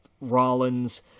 Rollins